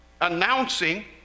announcing